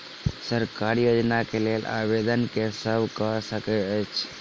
सरकारी योजना केँ लेल आवेदन केँ सब कऽ सकैत अछि?